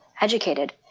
educated